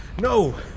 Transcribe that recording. No